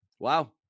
Wow